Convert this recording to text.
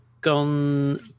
gone